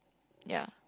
ya